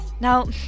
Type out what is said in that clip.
Now